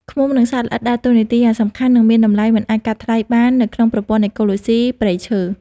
ឃ្មុំ និងសត្វល្អិតដើរតួនាទីយ៉ាងសំខាន់ និងមានតម្លៃមិនអាចកាត់ថ្លៃបាននៅក្នុងប្រព័ន្ធអេកូឡូស៊ីព្រៃឈើ។